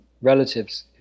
relatives